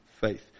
faith